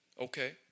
Okay